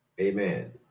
Amen